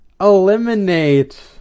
eliminate